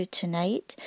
tonight